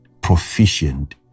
proficient